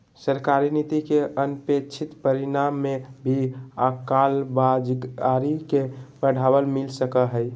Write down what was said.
सरकारी नीति के अनपेक्षित परिणाम में भी कालाबाज़ारी के बढ़ावा मिल सको हइ